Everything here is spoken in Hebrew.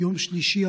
ביום שלישי,